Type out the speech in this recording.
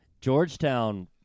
Georgetown